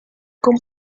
con